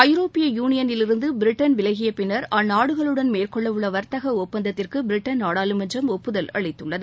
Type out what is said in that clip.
ஐரோப்பிய யூனியனிலிருந்து பிரிட்டன் விலகிய பின்னர் அந்நாடுகளுடன் மேற்கொள்ளவுள்ள வர்த்தக ஒப்பந்தத்திற்கு பிரிட்டன் நாடாளுமன்றம் ஒப்புதல் அளித்துள்ளது